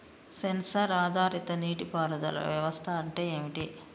Censor ఆధారిత నీటి పారుదల వ్యవస్థ అంటే ఏమిటి?